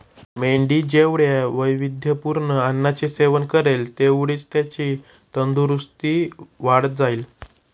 मेंढी जेवढ्या वैविध्यपूर्ण अन्नाचे सेवन करेल, तेवढीच त्याची तंदुरस्ती वाढत जाईल